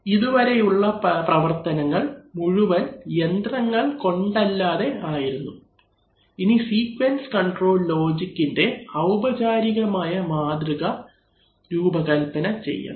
ഇതുവരെയുള്ള പ്രവർത്തനങ്ങൾ മുഴുവൻ യന്ത്രങ്ങൾകൊണ്ടല്ലാതെ ആയിരുന്നു ഇനി സീക്വൻസ് കൺട്രോൾ ലോജിക്കിന്റെ ഔപചാരികമായ മാതൃക രൂപകൽപ്പന ചെയ്യണം